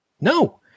No